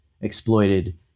exploited